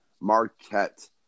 Marquette